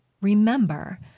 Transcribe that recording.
remember